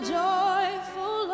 joyful